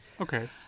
okay